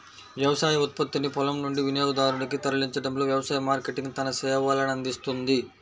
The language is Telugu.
వ్యవసాయ ఉత్పత్తిని పొలం నుండి వినియోగదారునికి తరలించడంలో వ్యవసాయ మార్కెటింగ్ తన సేవలనందిస్తుంది